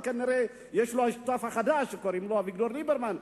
אבל כנראה יש לו שותף חדש שקוראים לו אביגדור ליברמן,